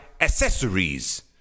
accessories